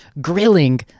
grilling